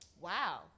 wow